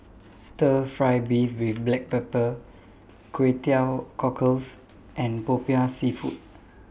Stir Fry Beef with Black Pepper Kway Teow Cockles and Popiah Seafood